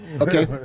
Okay